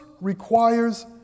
requires